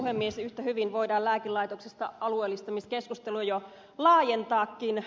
yhtä hyvin voidaan lääkelaitoksesta alueellistamiskeskustelua jo laajentaakin